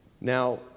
Now